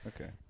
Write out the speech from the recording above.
okay